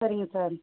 சரிங்க சார்